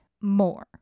more